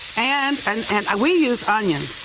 and and and we use onions,